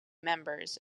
members